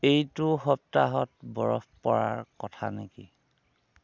এইটো সপ্তাহত বৰফ পৰাৰ কথা নেকি